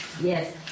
Yes